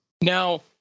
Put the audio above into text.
Now